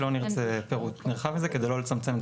לא נרצה פירוט נרחב מזה כדי לא לצמצם.